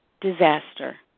disaster